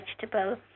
vegetable